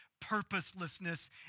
purposelessness